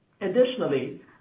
Additionally